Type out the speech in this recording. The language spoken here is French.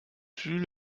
plus